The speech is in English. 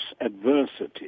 adversity